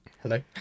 hello